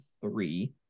three